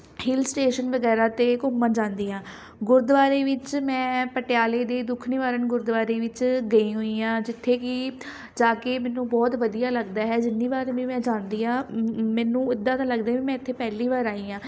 ਹਿਲ station ਵਗੈਰਾ 'ਤੇ ਘੁੰਮਣ ਜਾਂਦੀ ਹਾਂ ਗੁਰਦੁਆਰੇ ਵਿੱਚ ਮੈਂ ਪਟਿਆਲੇੇ ਦੇ ਦੁੱਖ ਨਿਵਾਰਨ ਗੁਰਦੁਆਰੇ ਵਿੱਚ ਗਈ ਹੋਈ ਹਾਂ ਜਿੱਥੇ ਕਿ ਜਾ ਕੇ ਮੈਨੂੰ ਬਹੁਤ ਵਧੀਆ ਲੱਗਦਾ ਹੈ ਜਿੰਨੀ ਵਾਰ ਵੀ ਮੈਂ ਜਾਂਦੀ ਹਾਂ ਮੈਨੂੰ ਉੱਦਾਂ ਦਾ ਲੱਗਦਾ ਵੀ ਮੈਂ ਇੱਥੇ ਪਹਿਲੀ ਵਾਰ ਆਈ ਹਾਂ